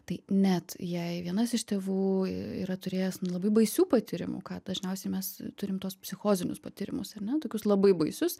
tai net jei vienas iš tėvų yra turėjęs nu labai baisių patyrimų ką dažniausiai mes turim tuos psichozinius patyrimus ar ne tokius labai baisus